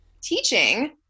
teaching